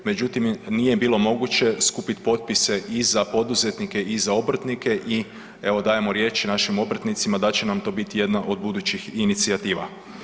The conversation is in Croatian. Međutim, nije bilo moguće skupiti potpise i za poduzetnike i za obrtnike i evo dajemo riječ našim obrtnicima da će nam to biti jedna od budućih inicijativa.